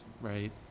right